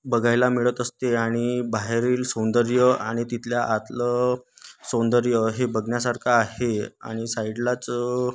बघायला मिळत असते आणि बाहेरील सौंदर्य आणि तिथल्या आतलं सौंदर्य हे बघण्यासारखं आहे आणि साईडलाच